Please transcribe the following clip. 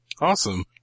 Awesome